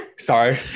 sorry